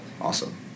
Awesome